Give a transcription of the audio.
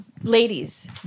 ladies